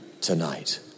tonight